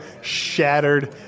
shattered